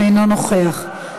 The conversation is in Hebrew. אינו נוכח,